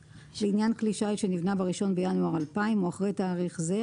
לעניין כלי שיט שנבנה ב-1 בינואר 2000 או אחרי תאריך זה,